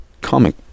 comic